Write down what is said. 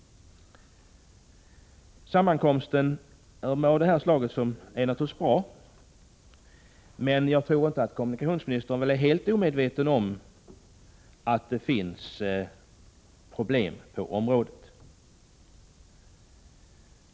Sammankomster av det slag som kommunikationsministern nämner är naturligtvis bra, men jag tror inte att kommunikationsministern är helt omedveten om att det finns problem på området.